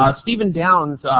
ah stephen downes